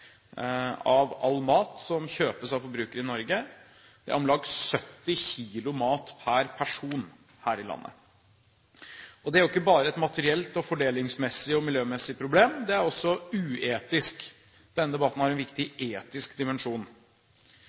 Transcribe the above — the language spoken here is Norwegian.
av all mat som kjøpes av forbrukere i Norge. Det er om lag 70 kg mat per person her i landet. Det er ikke bare et materielt, fordelingsmessig og miljømessig problem, det er også uetisk. Denne debatten har en viktig etisk dimensjon.